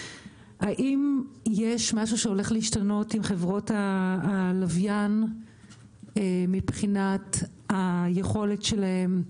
האם יש משהו שהולך להשתנות עם חברות הלוויין מבחינת היכולת שלהן,